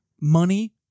money